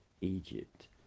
Egypt